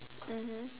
mmhmm